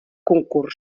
concurs